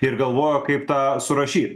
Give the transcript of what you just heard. ir galvojo kaip tą surašyt